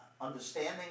understanding